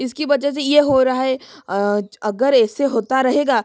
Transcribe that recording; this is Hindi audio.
इसकी वजह से ये हो रहा है अगर ऐसे होता रहेगा